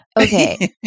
Okay